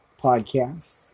podcast